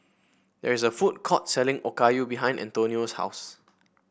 there is a food court selling Okayu behind Antonio's house